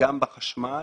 גם בחשמל.